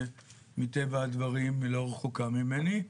שמטבע הדברים לא רחוקה ממני.